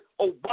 Obama